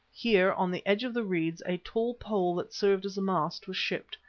here, on the edge of the reeds a tall pole that served as a mast was shipped,